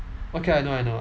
okay I know I know